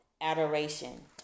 adoration